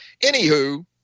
Anywho